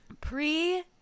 pre